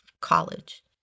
college